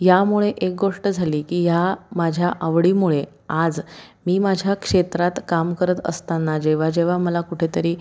यामुळे एक गोष्ट झाली की ह्या माझ्या आवडीमुळे आज मी माझ्या क्षेत्रात काम करत असताना जेव्हा जेव्हा मला कुठेतरी